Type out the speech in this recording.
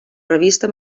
revista